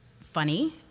funny